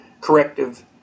corrective